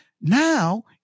Now